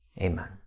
Amen